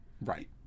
Right